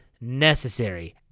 necessary